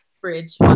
fridge